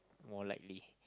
more likely